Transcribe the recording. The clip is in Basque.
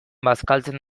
bazkaltzen